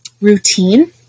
routine